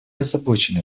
озабочены